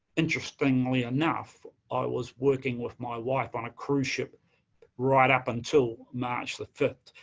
interestingly enough, i was working with my wife on a cruise ship right up until march the fifth,